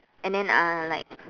and then uh like